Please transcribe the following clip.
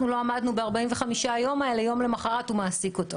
לא עמדנו ב-45 יום האלה יום למחרת הוא מועסק.